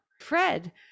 Fred